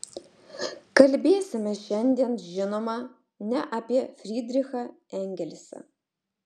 kalbėsime šiandien žinoma ne apie frydrichą engelsą